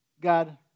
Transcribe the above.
God